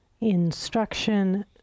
instruction